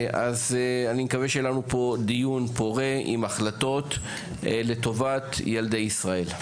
אני מקווה שיהיה לנו פה דיון פורה עם החלטות לטובת ילדי ישראל.